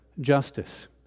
justice